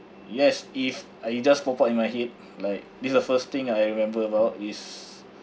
yes if uh it just pop up in my head like this the first thing I remember about is